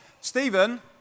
Stephen